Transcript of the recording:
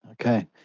Okay